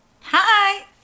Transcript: Hi